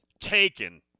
taken